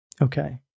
Okay